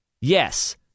Yes